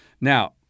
Now